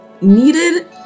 needed